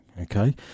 okay